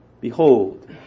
Behold